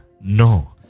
No